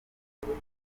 imvura